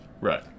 Right